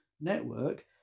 network